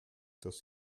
das